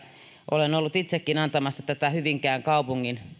olen ollut itsekin antamassa tätä hyvinkään kaupungin